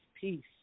peace